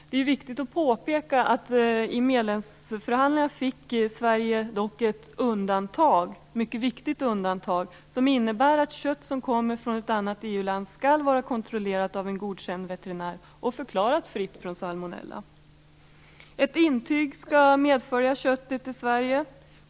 Det är dock viktigt att påpeka att Sverige i medlemskapsförhandlingarna fick ett undantag, ett mycket viktigt sådant, som innebär att kött som kommer från ett annat EU-land skall vara kontrollerat av en godkänd veterinär och förklarat fritt från salmonella. Ett intyg skall medfölja köttet till Sverige.